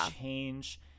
change